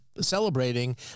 celebrating